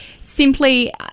simply